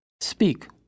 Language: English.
Speak